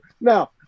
Now